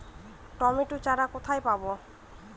Tomato চারা কোথায় পাবো?